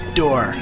door